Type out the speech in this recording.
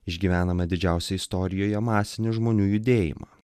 išgyvename didžiausią istorijoje masinį žmonių judėjimą